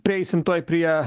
prieisim tuoj prie